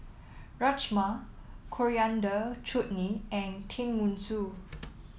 Rajma Coriander Chutney and Tenmusu